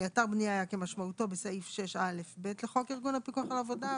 "אתר בנייה כמשמעותו בסעיף 6א(ב) לחוק ארגון הפיקוח על העבודה",